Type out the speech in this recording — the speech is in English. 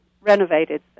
renovated